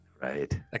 Right